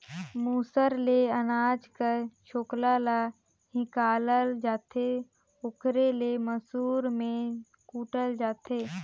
मूसर ले अनाज कर छोकला ल हिंकालल जाथे ओकरे ले मूसर में कूटल जाथे